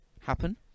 happen